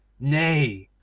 nay,